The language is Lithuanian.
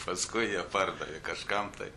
paskui ją pardavė kažkam tai